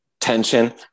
tension